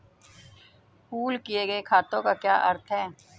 Pool किए गए खातों का क्या अर्थ है?